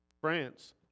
France